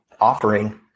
Offering